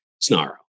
Snaro